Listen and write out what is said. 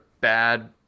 bad